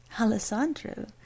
Alessandro